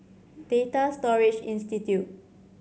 Data Storage Institute